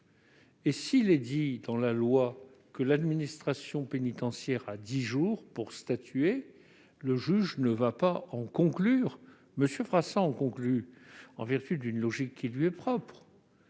S'il est écrit dans la loi que l'administration pénitentiaire a dix jours pour statuer, le juge ne va pas en conclure, comme le fait M. Frassa en vertu d'une logique qui lui est propre,